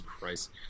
Christ